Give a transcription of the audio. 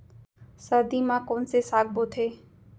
सर्दी मा कोन से साग बोथे?